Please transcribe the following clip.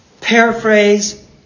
Paraphrase